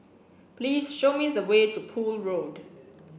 please show me the way to Poole Road